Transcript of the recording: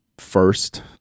first